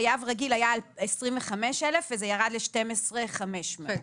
לגבי חייב רגיל 25,000 שקלים והוא ירד ל-12,500 שקלים.